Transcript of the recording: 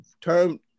term